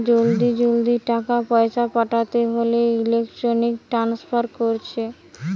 জলদি জলদি টাকা পয়সা পাঠাতে হোলে ইলেক্ট্রনিক ট্রান্সফার কোরছে